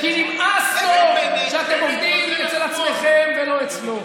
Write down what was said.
כי נמאס לו שאתם עובדים אצל עצמכם ולא אצלו.